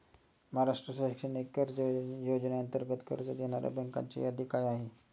महाराष्ट्र शैक्षणिक कर्ज योजनेअंतर्गत कर्ज देणाऱ्या बँकांची यादी काय आहे?